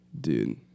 Dude